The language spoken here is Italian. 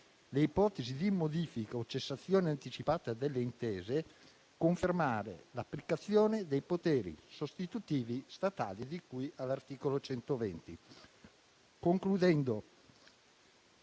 le ipotesi di modifica o cessazione anticipata delle intese, confermare l'applicazione dei poteri sostitutivi statali, di cui all'articolo 120. Concludendo,